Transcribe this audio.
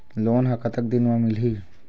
Loan ह कतक दिन मा मिलही?